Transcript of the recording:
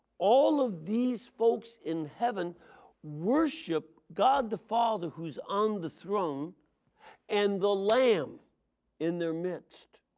all of these folks in heaven worship god the father who was on the throne and the lamb in their midst.